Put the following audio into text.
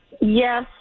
Yes